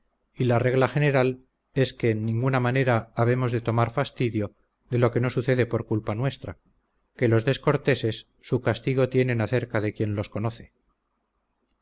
y la regla general es que en ninguna manera habemos de tomar fastidio de lo que no sucede por culpa nuestra que los descorteses su castigo tienen acerca de quien los conoce